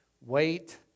Wait